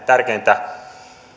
tärkeintä